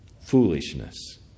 Foolishness